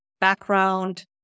background